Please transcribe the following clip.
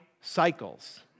cycles